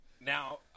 Now